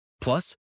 Plus